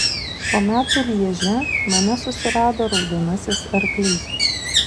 po metų lježe mane susirado raudonasis arklys